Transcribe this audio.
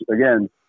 Again